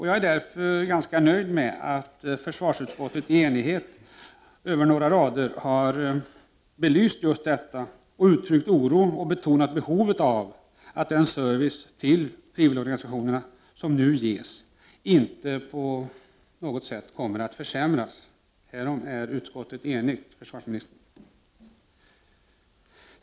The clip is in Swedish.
Jag är därför ganska nöjd med att försvarsutskottet är enigt och i några rader har belyst detta, uttryckt oro och betonat behovet av att den service till frivilligorganisationerna som nu ges inte skall försämras. Härom är utskottet enigt, försvarsministern.